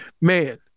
man